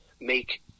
make